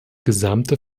gesamte